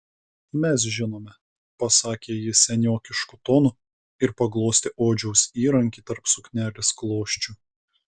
mes žinome pasakė ji seniokišku tonu ir paglostė odžiaus įrankį tarp suknelės klosčių